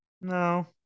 no